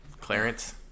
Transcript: Clarence